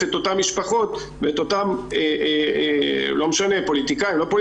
את אותן משפחות ואת אותם פוליטיקאים,